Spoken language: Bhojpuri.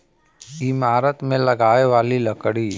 ईमारत मे लगाए वाली लकड़ी